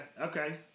okay